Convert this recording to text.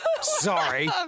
Sorry